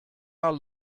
are